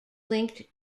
linked